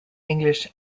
english